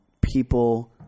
people